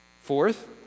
Fourth